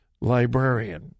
librarian